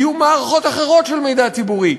יהיו מערכות אחרות של מידע ציבורי.